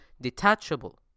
detachable